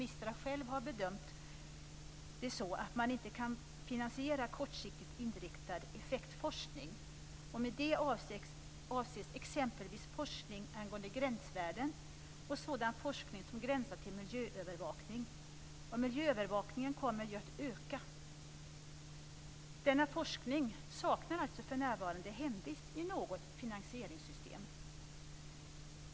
MISTRA har bedömt det så att man inte kan finansiera kortsiktigt inriktad effektforskning. Med detta avses exempelvis forskning angående gränsvärden och sådan forskning som gränsar till miljöövervakning. Och miljöövervakningen kommer att öka. Denna forskning saknar alltså för närvarande hemvist i något finansieringssystem.